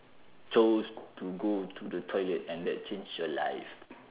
chose to go to the toilet and that changed your life